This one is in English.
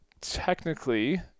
technically